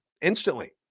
instantly